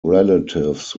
relatives